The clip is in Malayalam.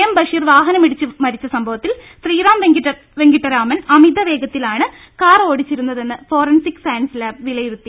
എം ബഷീർ വാഹനമിടിച്ച് മരിച്ച സംഭവത്തിൽ ശ്രീറാം വെങ്കിട്ടരാമൻ അമിതവേഗത്തിലാണ് കാർ ഓടിച്ചിരുന്നതെന്ന് ഫോറൻസിക് സയൻസ് ലാബ് വിലയിരുത്തി